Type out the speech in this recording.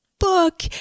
book